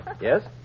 Yes